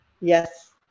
Yes